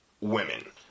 women